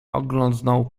oglądnął